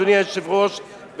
אדוני היושב-ראש,